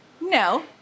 no